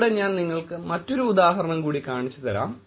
ഇവിടെ ഞാൻ നിങ്ങൾക്ക് മറ്റൊരു ഉദാഹരണം കൂടി കാണിച്ചുതരാം